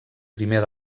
primer